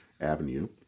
Avenue